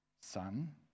son